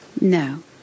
No